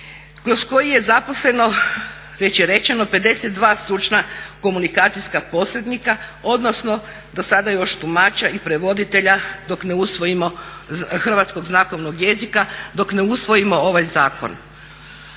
kroz koji je zaposleno već je rečeno 52 stručna komunikacijska posrednika odnosno do sada još tumača i prevoditelja hrvatskog znakovnog jezika dok ne usvojimo ovaj zakon.